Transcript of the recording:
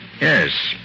Yes